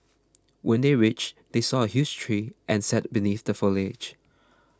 when they reach they saw a huge tree and sat beneath the foliage